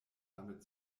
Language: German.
damit